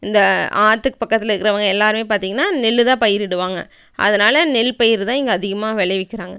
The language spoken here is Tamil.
இந்த ஆற்றுக்கு பக்கதுலருக்குறவங்க எல்லாருமே பார்த்தீங்கன்னா நெல் தான் பயிரிடுவாங்க அதனால் நெல்பயிர் தான் இங்கே அதிகமாக விளைவிக்கிறாங்க